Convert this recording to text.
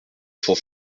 cent